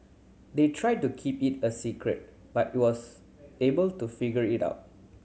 they tried to keep it a secret but he was able to figure it out